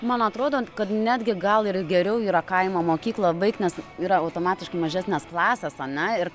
man atrodo kad netgi gal ir geriau yra kaimo mokyklą baigt nes yra automatiškai mažesnės klasės ane ir